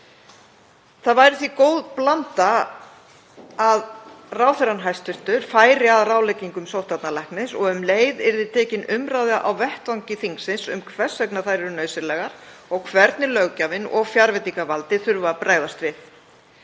Það væri því góð blanda að hæstv. ráðherra færi að ráðleggingum sóttvarnalæknis og um leið yrði tekin umræða á vettvangi þingsins um hvers vegna þær eru nauðsynlegar og hvernig löggjafinn og fjárveitingavaldið þurfi að bregðast við.